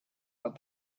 but